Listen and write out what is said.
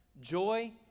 Joy